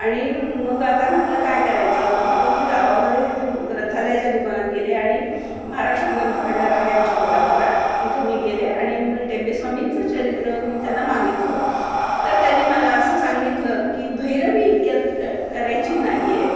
आणि मग आता म्हटलं काय करायचं मग मी गावामध्ये जे ग्रंथालयाच्या दुकानात गेले आणि महाराष्ट्र ग्रंथ भांडार आहे आमच्या कोल्हापुरात तिथं मी गेले आणि मग टेंबेस्वामींचं चरित्र मी त्यांना मागितलं तर त्यांनी मला असं सांगितलं की भैरवी इतक्यात ग करायची नाही आहे